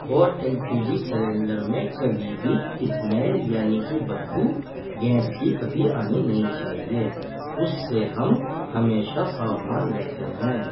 اور L P G cylinder میں کبھی بھی اسمیل یعنی کہ بدبو گیس کی کبھی آنی نہیں چاہیے اس سے ہم ہمیشہ ساودھان رہتے ہیں